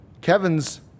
Kevin's